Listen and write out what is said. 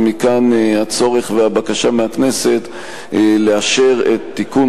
ומכאן הצורך והבקשה מהכנסת לאשר את תיקון